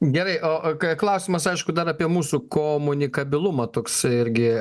gerai o o ka klausimas aišku dar apie mūsų komunikabilumą toks irgi